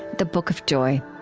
the book of joy